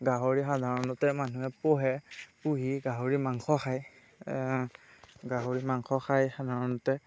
গাহৰি সাধাৰণতে মানুহে পোহে পোহি গাহৰি মাংস খায় গাহৰি মাংস খায় সাধাৰণতে